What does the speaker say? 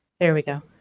there we go.